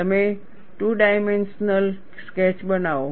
તમે two dimensional sketch બનાવો